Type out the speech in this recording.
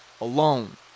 alone